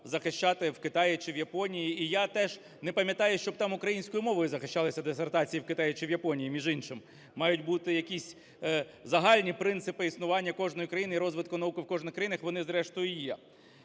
захищати в Китаї чи в Японії. І я теж не пам'ятаю, щоб там українською мовою захищалися дисертації, в Китаї чи в Японії, між іншим. Мають бути якісь загальні принципи існування кожної країни і розвитку науки в кожній країні, вони зрештою є.